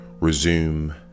resume